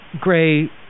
gray